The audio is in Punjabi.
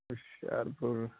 ਹੁਸ਼ਿਆਰਪੁਰ